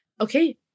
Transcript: okay